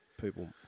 people